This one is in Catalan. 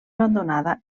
abandonada